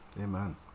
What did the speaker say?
Amen